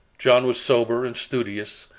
john was sober and studious,